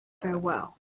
farewell